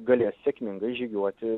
galės sėkmingai žygiuoti